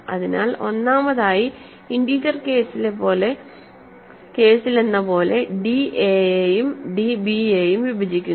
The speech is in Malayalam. അതിനാൽ ഒന്നാമതായി ഇൻറിജർ കേസിലെന്നപോലെ d a യെയും d ബി യെയും വിഭജിക്കുന്നു